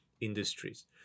industries